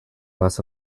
less